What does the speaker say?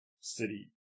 city